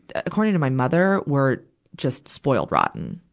ah according to my mother, were just spoiled rotten.